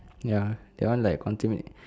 ya that one like contaminate